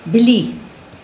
ॿिली